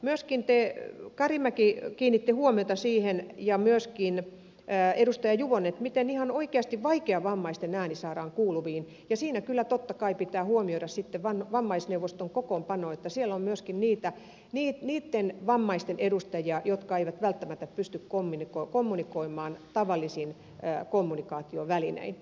myöskin edustajat karimäki ja juvonen kiinnittivät huomiota siihen ja myös kiina pääedustaja juvonen miten ihan oikeasti vaikeavammaisten ääni saadaan kuuluviin ja siinä kyllä totta kai pitää huomioida sitten vammaisneuvoston kokoonpano että siellä on myöskin niitten vammaisten edustajia jotka eivät välttämättä pysty kommunikoimaan tavallisin kommunikaatiovälinein